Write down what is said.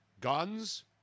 guns